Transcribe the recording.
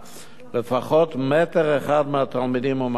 לפחות מטר אחד מהתלמידים ומהמורה.